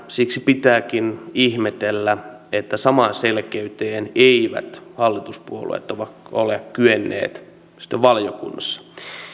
siksi pitääkin ihmetellä että samaan selkeyteen eivät hallituspuolueet ole kyenneet valiokunnassa